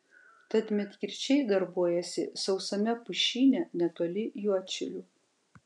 tad medkirčiai darbuojasi sausame pušyne netoli juodšilių